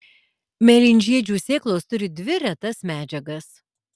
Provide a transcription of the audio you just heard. mėlynžiedžių sėklos turi dvi retas medžiagas